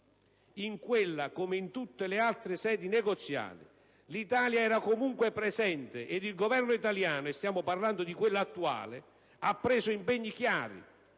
In quella, come in tutte le altri sedi negoziali, l'Italia era comunque presente ed il Governo italiano - e stiamo parlando di quello attuale - ha preso impegni chiari.